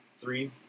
three